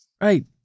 Right